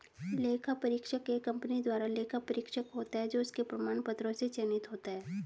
लेखा परीक्षक एक कंपनी द्वारा लेखा परीक्षक होता है जो उसके प्रमाण पत्रों से चयनित होता है